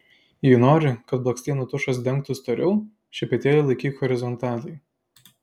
jei nori kad blakstienų tušas dengtų storiau šepetėlį laikyk horizontaliai